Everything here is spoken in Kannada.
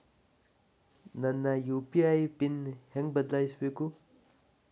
ನನ್ನ ಯು.ಪಿ.ಐ ಪಿನ್ ಹೆಂಗ್ ಬದ್ಲಾಯಿಸ್ಬೇಕು?